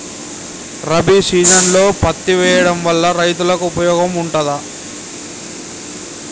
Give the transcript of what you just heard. రబీ సీజన్లో పత్తి వేయడం వల్ల రైతులకు ఉపయోగం ఉంటదా?